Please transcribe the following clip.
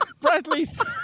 Bradley's